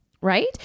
Right